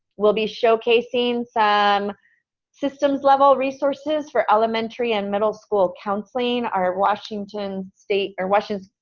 we'll be showcasing some systems-level resources for elementary and middle school counseling. our washington state or washington